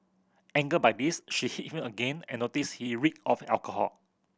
angered by this she hit him again and noticed he reeked of alcohol